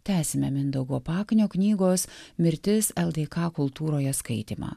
tęsime mindaugo paknio knygos mirtis ldk kultūroje skaitymą